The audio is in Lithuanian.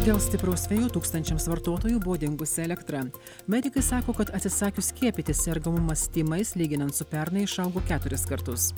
dėl stipraus vėjo tūkstančiams vartotojų buvo dingusi elektra medikai sako kad atsisakius skiepyti sergamumas tymais lyginant su pernai išaugo keturis kartus